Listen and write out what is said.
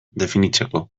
definitzeko